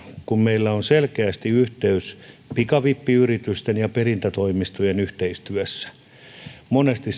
kun meillä on selkeästi yhteys pikavippiyritysten ja perintätoimistojen yhteistyössä monesti